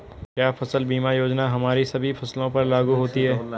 क्या फसल बीमा योजना हमारी सभी फसलों पर लागू होती हैं?